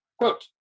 Quote